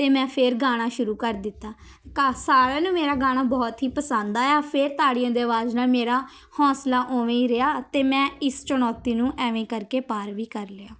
ਅਤੇ ਮੈਂ ਫਿਰ ਗਾਣਾ ਸ਼ੁਰੂ ਕਰ ਦਿੱਤਾ ਸਾਰਿਆਂ ਨੂੰ ਮੇਰਾ ਗਾਣਾ ਬਹੁਤ ਹੀ ਪਸੰਦ ਆਇਆ ਫਿਰ ਤਾੜੀਆਂ ਦੀ ਆਵਾਜ਼ ਨਾਲ ਮੇਰਾ ਹੌਂਸਲਾ ਉਵੇਂ ਹੀ ਰਿਹਾ ਅਤੇ ਮੈਂ ਇਸ ਚੁਣੌਤੀ ਨੂੰ ਇਵੇਂ ਕਰਕੇ ਪਾਰ ਵੀ ਕਰ ਲਿਆ